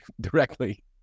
directly